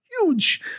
huge